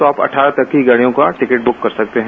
तो आप अठारह तक की गाड़ियों का टिकट बुक कर सकते हैं